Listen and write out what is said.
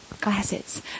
glasses